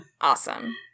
Awesome